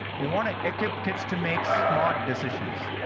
we want to equip kids to make smart decisions.